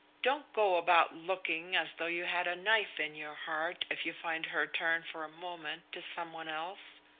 don't go about looking as though you had a knife in your heart, if you find her turn for a moment to some one else.